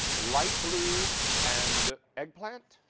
light blue and eggplant,